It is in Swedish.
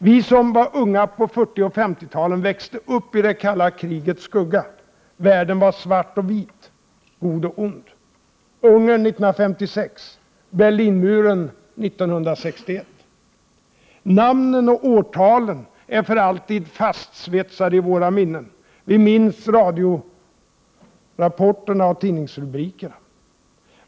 Vi som var unga på 1940 och 1950-talen växte uppi det kalla krigets skugga. Världen var svart och vit, god och ond. Ungern 1956, Berlinmuren 1961 — namnen och årtalen är för alltid fastsvetsade i våra minnen. Vi minns radiorapporterna och tidningsrubrikerna.